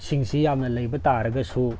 ꯁꯤꯡꯁꯤ ꯌꯥꯝꯅ ꯂꯩꯕ ꯇꯥꯔꯒꯁꯨ